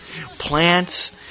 plants